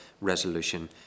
resolution